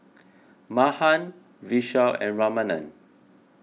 Mahan Vishal and Ramanand